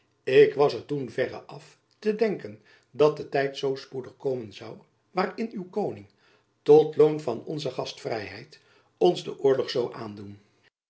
ik was er toen verre af te denken dat de tijd zoo spoedig komen zoû waarin uw koning tot loon van onze gastvrijheid ons den oorlog zoû aandoen